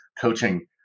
Coaching